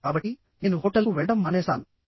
కాబట్టి నేను హోటల్కు వెళ్లడం మానేస్తాను